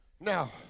Now